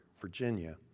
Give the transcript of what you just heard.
Virginia